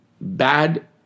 bad